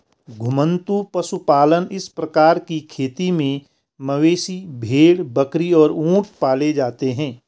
घुमंतू पशुपालन इस प्रकार की खेती में मवेशी, भेड़, बकरी और ऊंट पाले जाते है